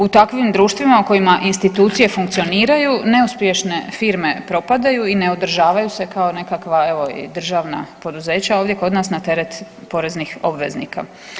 U takvim društvima u kojima institucije funkcioniraju neuspješne firme propadaju i ne održavaju se kao nekakva evo državna poduzeća ovdje kod nas na teret poreznih obveznika.